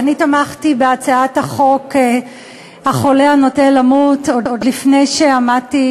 תמכתי בהצעת החוק החולה הנוטה למות עוד לפני שעמדתי